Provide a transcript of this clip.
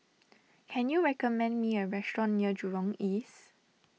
can you recommend me a restaurant near Jurong East